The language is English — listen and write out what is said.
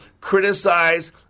criticize